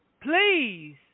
please